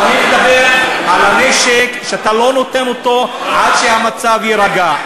אז אני מדבר על הנשק שאתה לא נותן אותו עד שהמצב יירגע.